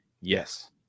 yes